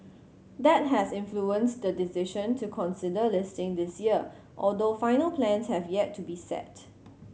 that has influenced the decision to consider listing this year although final plans have yet to be set